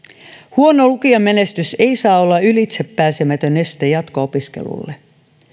huono lukiomenestys ei saa olla ylitsepääsemätön este jatko opiskelulle